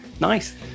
nice